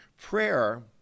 Prayer